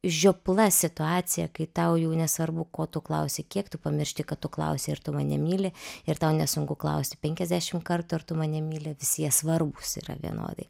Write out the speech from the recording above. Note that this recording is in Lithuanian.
žiopla situacija kai tau jų nesvarbu ko tu klausi kiek tu pamiršti kad tu klausei ar tu mane myli ir tau nesunku klausi penkiasdešim kartų ar tu mane myli visi jie svarbūs yra vienodai